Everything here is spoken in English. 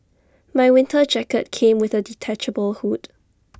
my winter jacket came with A detachable hood